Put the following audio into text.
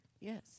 Yes